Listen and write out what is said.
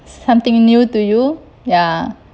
something new to you ya